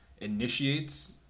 initiates